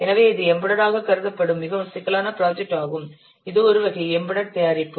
எனவே இது எம்பெடெட் ஆக கருதப்படும் மிகவும் சிக்கலான ப்ராஜெக்ட் ஆகும் இது ஒரு வகை எம்பெடெட் தயாரிப்பு